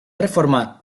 reformat